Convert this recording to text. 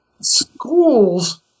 Schools